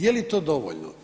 Je li to dovoljno?